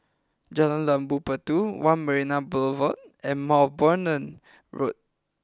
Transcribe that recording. Jalan Labu Puteh One Marina Boulevard and Road